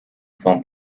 swą